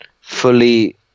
fully